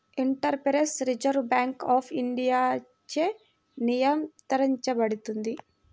interface reserve bank of ఇండియాచే నియంత్రించబడుతుంది